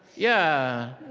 yeah.